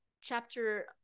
chapter